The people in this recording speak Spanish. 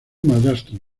madrastra